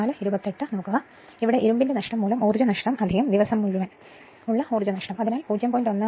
ഇപ്പോൾ ഇരുമ്പിന്റെ നഷ്ടം മൂലം ഊർജ്ജനഷ്ടം ദിവസം മുഴുവൻ അതിനാൽ 0